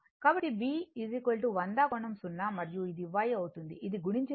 కాబట్టి b 100 కోణం 0 మరియు ఇది Y అవుతుంది ఇది గుణించినట్లయితే I 22